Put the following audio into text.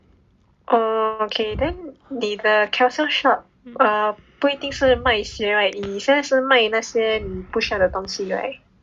oh okay then 你的 Carousell shop err 不一定是卖鞋 right 你现在是卖你不需要的东西 right